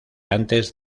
antes